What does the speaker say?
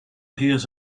hears